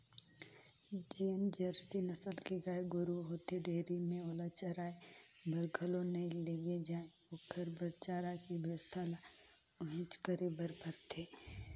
जेन जरसी नसल के गाय गोरु होथे डेयरी में ओला चराये बर घलो नइ लेगे जाय ओखर बर चारा के बेवस्था ल उहेंच करे बर परथे